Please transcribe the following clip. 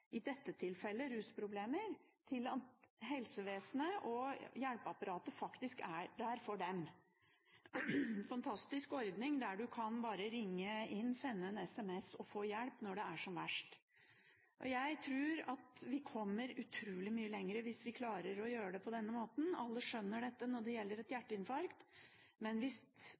i dette tilfellet har rusproblemer, at helsevesenet og hjelpeapparatet faktisk er der for dem. Det er en fantastisk ordning der man bare kan ringe inn eller sende en SMS og få hjelp når det er som verst. Jeg tror at vi kommer utrolig mye lenger hvis vi klarer å gjøre det på denne måten. Alle skjønner dette når det gjelder et hjerteinfarkt, men hvis